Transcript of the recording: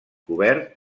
cobert